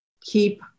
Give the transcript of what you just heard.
Keep